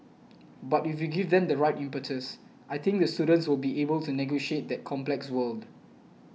but if we give them the right impetus I think the students will be able to negotiate that complex world